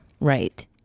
Right